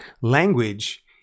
Language